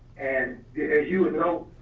and as you and know,